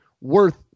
worth